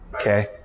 Okay